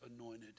anointed